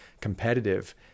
competitive